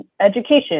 education